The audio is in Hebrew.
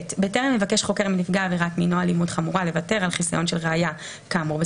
והוא לא שוקל את הפגיעה האפשרית בנאשם על ידי זה שלא מעבירים לו.